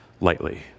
lightly